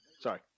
Sorry